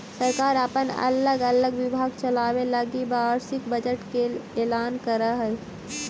सरकार अपन अलग अलग विभाग चलावे लगी वार्षिक बजट के ऐलान करऽ हई